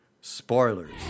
Spoilers